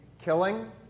killing